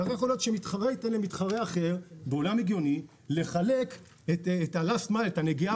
איך יכול להיות שמתחרה ייתן לחלק את הנגיעה